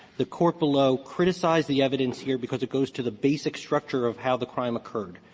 the court below criticized the evidence here because it goes to the basic structure of how the crime occurred.